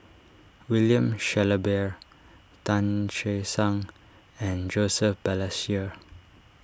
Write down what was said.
William Shellabear Tan Che Sang and Joseph Balestier